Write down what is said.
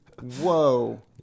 Whoa